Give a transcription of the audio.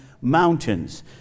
mountains